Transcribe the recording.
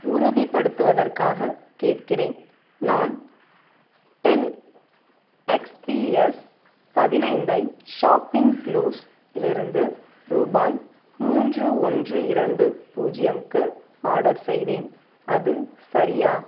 உறுதிப்படுத்துவதற்காக கேட்கிறேன் நான் Dell X P S பதினைந்து ஐ ஷாப்பிங் க்ளுஸ் இலிருந்து ரூபாய் மூன்று ஒன்று இரண்டு பூஜ்ஜியம் க்கு ஆடர் செய்தேன் அது சரியா